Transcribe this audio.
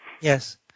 Yes